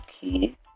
key